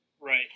Right